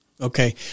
Okay